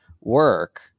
work